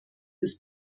des